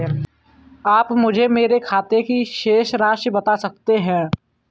आप मुझे मेरे खाते की शेष राशि बता सकते हैं?